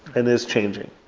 and is changing.